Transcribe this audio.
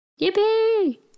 Yippee